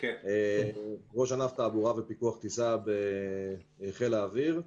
רע"ן תעבורה ופיקוח טיסה בחיל האוויר.